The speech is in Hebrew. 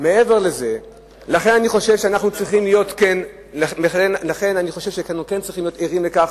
לכן אני חושב שאנחנו כן צריכים להיות ערים לכך,